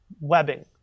webbing